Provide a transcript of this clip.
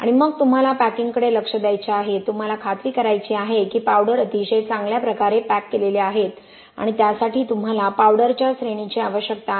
आणि मग तुम्हाला पॅकिंगकडे लक्ष द्यायचे आहे तुम्हाला खात्री करायची आहे की पावडर अतिशय चांगल्या प्रकारे पॅक केलेले आहेत आणि त्यासाठी तुम्हाला पावडरच्या श्रेणीची आवश्यकता आहे